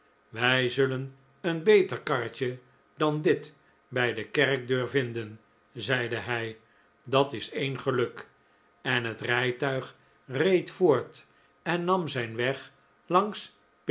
wij zullen een beter karretje dan dit bij de kerkdeur vinden zeide hij dat is een geluk en het rijtuig reed voort en nam zijn weg langs